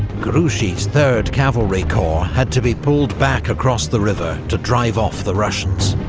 grouchy's third cavalry corps had to be pulled back across the river to drive off the russians.